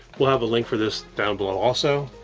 we'll have a link for this down below also.